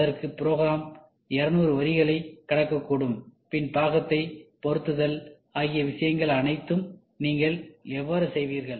அதற்கு ப்ரோக்ராம் 200 வரிகளை கடக்கக்கூடும்பின் பாகத்தை பொருத்துதல் ஆகிய விஷயங்கள் அனைத்தையும் நீங்கள் எவ்வாறு சரிசெய்வீர்கள்